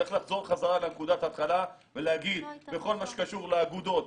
צריך לחזור חזרה לנקודת ההתחלה ולהגיד שבכל מה שקשור לאגודות,